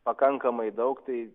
pakankamai daug tai